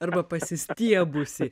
arba pasistiebusį